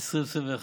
2021,